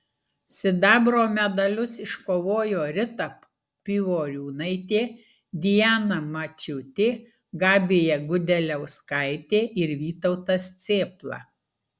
sidabro medalius iškovojo rita pivoriūnaitė diana mačiūtė gabija gudeliauskaitė ir vytautas cėpla